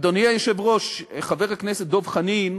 אדוני היושב-ראש, חבר הכנסת דב חנין